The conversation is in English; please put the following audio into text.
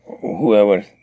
whoever